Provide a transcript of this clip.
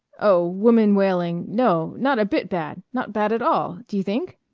oh woman wailing no not a bit bad! not bad at all d'you think?